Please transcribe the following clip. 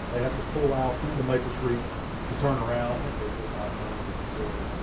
they have to pull out into maple street to turn around. i think they just outgrown the facility.